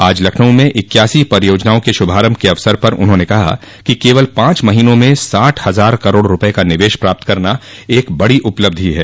आज लखनऊ में इक्यासी परियोजनाओं के श्रभारंभ के अवसर पर उन्होंने कहा कि केवल पांच महीनों में साठ हजार करोड़ रुपये का निवेश प्राप्त करना एक बडो उपलब्धि है